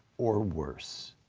or worse?